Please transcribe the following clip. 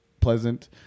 pleasant